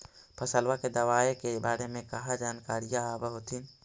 फसलबा के दबायें के बारे मे कहा जानकारीया आब होतीन?